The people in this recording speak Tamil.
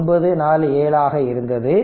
947 ஆக இருந்தது